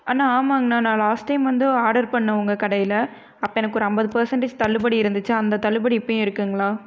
அண்ணா ஆமாங்கணா நான் last time வந்து ஆடர் பண்ண உங்கள் கடையில் அப்போ எனக்கு ஒரு ஐம்பது பர்ஸண்டேஜ் தள்ளுபடி இருந்துச்சு அந்த தள்ளுபடி இப்பவும் இருக்குங்களா